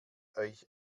euch